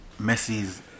Messi's